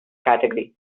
category